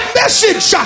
message